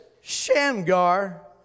Shamgar